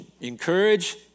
encourage